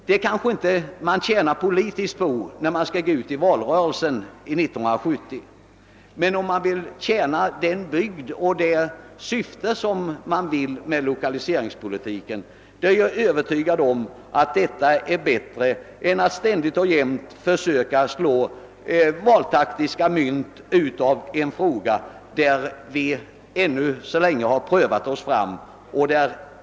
Detta kan man inte tjäna något politiskt på inför valrörelsen 1970, men jag är övertygad om att det skulle ha större verkan när det gäller att främja lokaliseringsområdena och lokaliseringspolitikens syfte än ständiga försök att slå valtaktiska mynt av en fråga där vi ännu så länge prövat oss fram.